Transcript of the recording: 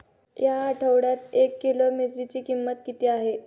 या आठवड्यात एक किलोग्रॅम मिरचीची किंमत किती आहे?